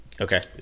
Okay